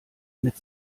mit